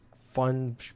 fun